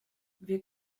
wir